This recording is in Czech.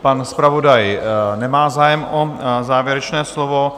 Pan zpravodaj nemá zájem o závěrečné slovo.